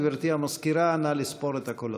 גברתי המזכירה, נא לספור את הקולות.